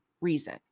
reason